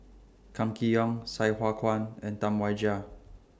Kam Kee Yong Sai Hua Kuan and Tam Wai Jia